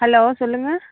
hello சொல்லுங்கள்